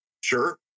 Sure